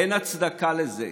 אין הצדקה לזה.